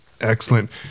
Excellent